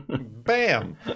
Bam